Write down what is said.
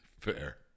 Fair